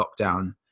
lockdown